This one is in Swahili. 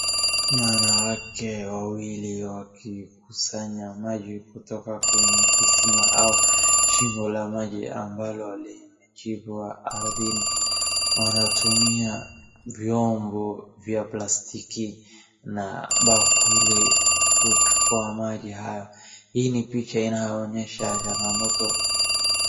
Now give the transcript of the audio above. Wanawake wawili wakikusanya maji kutoka kwenye kisima au shimo la maji ambalo limechimbwa ardhini. Wanatumia vyombo vya plastiki na bakuli kuchukua maji hayo. Hii ni picha inayoonyesha changamoto.